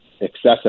excessive